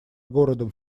городом